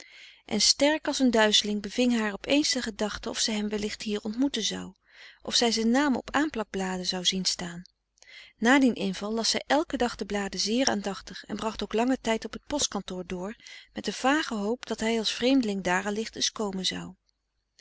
en sterk als een duizeling beving haar op eens de gedachte of zij hem wellicht hier ontmoeten zou of zij zijn naam op aanplakbladen zou zien staan na dien inval las zij elken dag de bladen zeer aandachtig en bracht ook langen tijd op t postkantoor door met de vage hoop dat hij als vreemdeling daar allicht eens komen zou